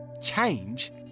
change